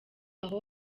aho